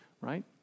right